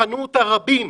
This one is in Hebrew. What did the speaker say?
בחנו אותה רבים,